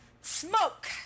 smoke